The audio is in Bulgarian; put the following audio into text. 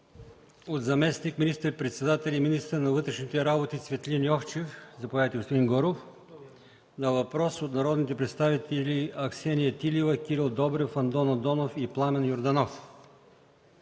- заместник министър-председателя и министър на вътрешните работи Цветлин Йовчев на въпрос от народните представители Аксения Тилева, Кирил Добрев, Андон Андонов и Пламен Йорданов;